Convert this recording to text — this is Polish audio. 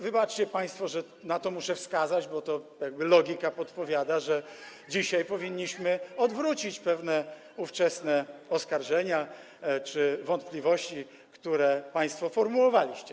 Wybaczcie państwo, że muszę na to wskazać, ale logika podpowiada, że dzisiaj powinniśmy odwrócić pewne ówczesne oskarżenia czy wątpliwości, które państwo formułowaliście.